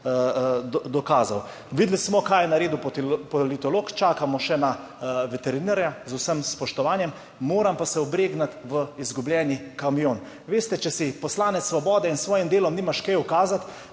dokazal, videli smo, kaj je naredil politolog. Čakamo še na veterinarja. Z vsem spoštovanjem, moram pa se obregniti v izgubljeni kamion. Veste, če si poslanec svobode in s svojim delom nimaš kaj ukazati,